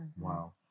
Wow